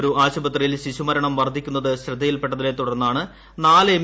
ഒരു ആശുപത്രിയിൽ ശിശുമരണം വർദ്ധിക്കുന്നത് ശ്രദ്ധയിൽപ്പെട്ടതിനെ തുടർന്നാണ് നാല് എം